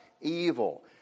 evil